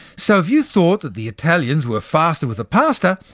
so if you thought that the italians were faster with the pasta,